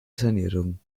sanierung